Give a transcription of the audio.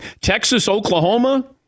Texas-Oklahoma